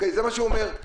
זה מה שהוא אומר.